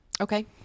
Okay